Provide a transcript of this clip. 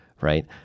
right